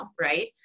right